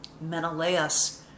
Menelaus